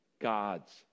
God's